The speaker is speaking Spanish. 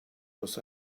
los